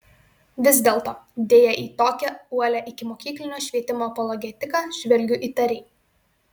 vis dėlto deja į tokią uolią ikimokyklinio švietimo apologetiką žvelgiu įtariai